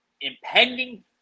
impending